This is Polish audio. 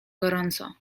gorąco